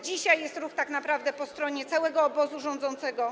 Dzisiaj jest ruch tak naprawdę po stronie całego obozu rządzącego.